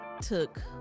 took